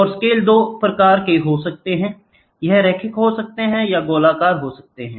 और स्केल 2 प्रकार के हो सकते हैं यह रैखिक हो सकते हैं यह गोलाकार हो सकते हैं